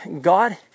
God